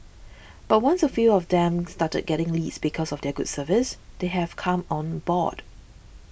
but once a few of them started getting leads because of their good service they have come on board